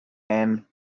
and